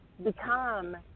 Become